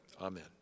Amen